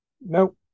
No